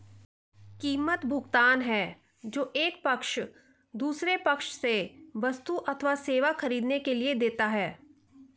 कीमत, भुगतान है जो एक पक्ष दूसरे पक्ष से वस्तु अथवा सेवा ख़रीदने के लिए देता है